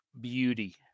beauty